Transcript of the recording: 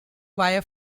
wire